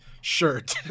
shirt